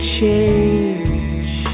change